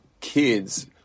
kids